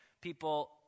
people